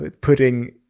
putting